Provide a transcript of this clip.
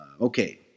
Okay